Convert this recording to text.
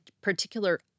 particular